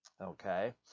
Okay